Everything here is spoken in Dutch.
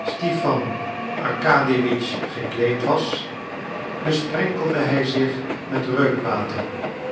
stipan arkadiewitsch gekleed was besprenkelde hij zich met reukwater